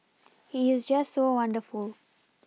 he is just so wonderful